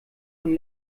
von